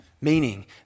Meaning